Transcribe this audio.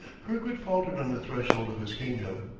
kirkwood faltered on the threshold of his kingdom.